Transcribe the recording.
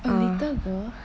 a little girl